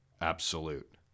absolute